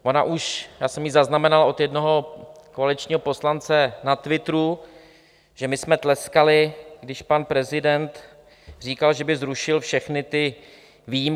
Ona už, já jsem ji zaznamenal od jednoho koaličního poslance na twitteru, že my jsme tleskali, když pan prezident říkal, že by zrušil všechny ty výjimky.